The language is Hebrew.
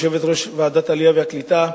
יושבת-ראש ועדת העלייה והקליטה.